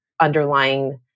underlying